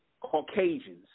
Caucasians